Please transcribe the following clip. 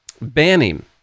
banning